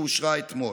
שאושרה אתמול.